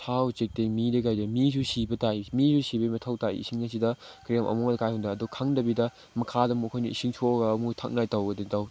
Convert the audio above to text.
ꯁꯥ ꯎꯆꯦꯛꯇꯒꯤ ꯃꯤꯗꯒꯤ ꯀꯩꯗꯒꯤ ꯃꯤꯁꯨ ꯁꯤꯕ ꯇꯥꯏ ꯃꯤꯁꯨ ꯁꯤꯕꯒꯤ ꯃꯊꯧ ꯇꯥꯏ ꯏꯁꯤꯡ ꯑꯁꯤꯗ ꯀꯔꯤ ꯑꯃꯣꯠ ꯑꯀꯥꯏ ꯍꯨꯟꯗꯕꯗꯣ ꯈꯪꯗꯕꯤꯗ ꯃꯈꯥꯗ ꯃꯈꯣꯏꯅ ꯏꯁꯤꯡ ꯁꯣꯛꯑꯒ ꯑꯃꯨꯛ ꯊꯛꯅꯉꯥꯏ ꯇꯧꯕ